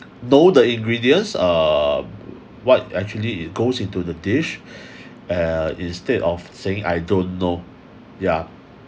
know the ingredients uh what actually goes into the dish uh instead of saying I don't know yeah